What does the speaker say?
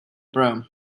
broom